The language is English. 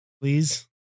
Please